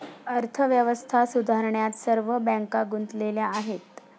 अर्थव्यवस्था सुधारण्यात सर्व बँका गुंतलेल्या आहेत